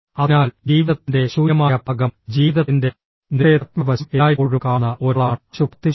അതിനാൽ ജീവിതത്തിന്റെ ശൂന്യമായ ഭാഗം ജീവിതത്തിന്റെ നിഷേധാത്മക വശം എല്ലായ്പ്പോഴും കാണുന്ന ഒരാളാണ് അശുഭാപ്തിവിശ്വാസി